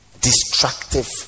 destructive